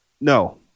No